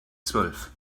zwölf